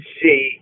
see